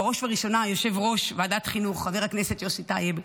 בראש ובראשונה יושב-ראש ועדת החינוך חבר הכנסת יוסי טייב,